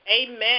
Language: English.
Amen